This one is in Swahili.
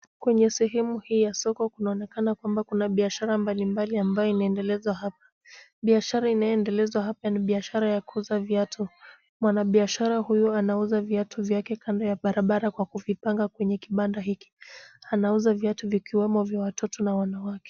Kwenye sehemu hii ya soko kunaonekana kwamba kuna biashara mbalimbali ambayo inaendelezwa hapa. Biashara inayoendelezwa hapa ni biashara ya kuuza viatu. Mwanabiashara huyu anauza viatu vyake kando ya barabara kwa kuvipanga kwenye kibanda hiki. Anauza viatu vikiwemo vya watoto na wanawake.